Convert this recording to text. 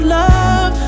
love